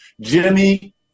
jimmy